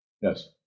Yes